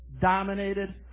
dominated